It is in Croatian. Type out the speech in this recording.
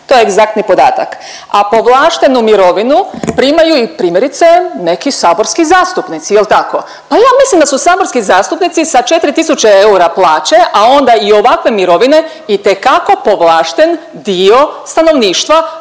to je egzaktni podatak, a povlaštenu mirovinu primaju i primjerice neki saborski zastupnici jel tako? Pa ja mislim da su saborski zastupnici sa 4 tisuće eura plaće, a onda i ovakve mirovine itekako povlašten dio stanovništva,